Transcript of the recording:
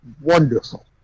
wonderful